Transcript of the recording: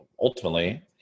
ultimately